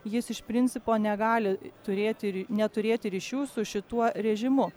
jis iš principo negali turėti neturėti ryšių su šituo režimu